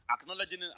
Acknowledging